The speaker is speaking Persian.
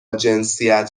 جنسیت